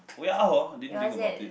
oh ya hor didn't think about it